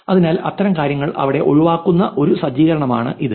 അതിനാൽ അത്തരം കാര്യങ്ങൾ ഇവിടെ ഒഴിവാക്കാവുന്ന ഒരു സജ്ജീകരണം ആണ് ഇത്